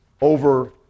over